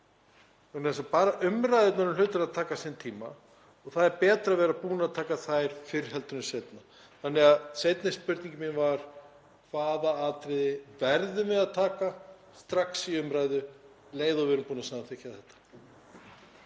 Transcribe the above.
þess að bara umræðurnar taka sinn tíma og það er betra að vera búin að taka þær fyrr en seinna. Þannig að seinni spurningin mín er: Hvaða atriði verðum við að taka strax í umræðu um leið og við erum búin að samþykkja þetta?